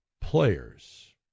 players